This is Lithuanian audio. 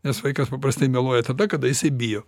nes vaikas paprastai meluoja tada kada jisai bijo